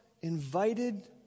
invited